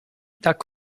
tak